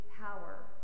power